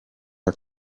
are